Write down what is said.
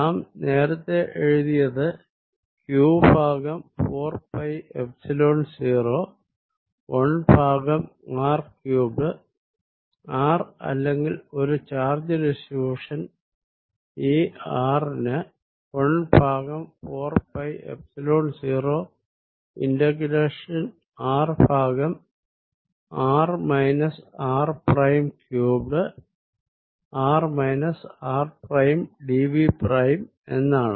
നാം നേരത്തെ എഴുതിയത് ക്യൂ ഭാഗം 4 പൈ എപ്സിലോൺ 0 1 ഭാഗം r ക്യൂബ്ഡ് r അല്ലെങ്കിൽ ഒരു ചാർജ് ഡിസ്ട്രിബ്യുഷൻ E ആറിന് 1 ഭാഗം 4 പൈ എപ്സിലോൺ 0 ഇന്റഗ്രേഷൻ r ഭാഗം r minus r prime cubed r minus r prime dV prime എന്നാണ്